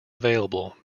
available